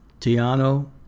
Tiano